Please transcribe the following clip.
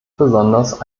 besonders